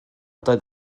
doedd